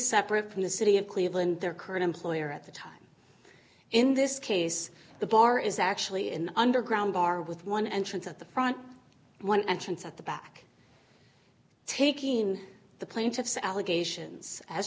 separate from the city of cleveland their current employer at the time in this case the bar is actually an underground bar with one entrance at the front one entrance at the back taking in the plaintiff's allegations as